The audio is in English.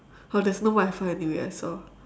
oh there's no wi-fi anyway I saw